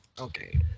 Okay